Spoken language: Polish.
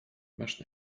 masz